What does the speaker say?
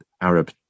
Arab